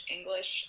English